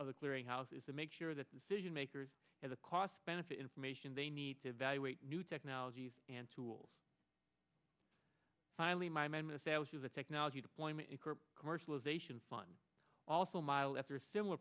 of the clearing house is to make sure that decision makers at a cost benefit information they need to evaluate new technologies and tools highly my men will say i was a technology deployment commercialization fun also mile after similar